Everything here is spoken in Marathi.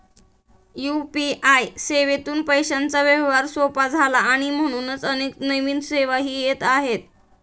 यू.पी.आय सेवेतून पैशांचा व्यवहार सोपा झाला आणि म्हणूनच अनेक नवीन सेवाही येत आहेत